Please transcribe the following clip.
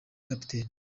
capt